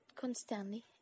constantly